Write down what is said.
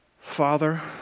Father